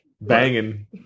banging